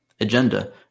agenda